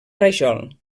rajol